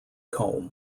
coombe